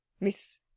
Miss